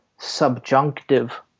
subjunctive